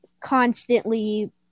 constantly